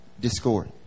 Discord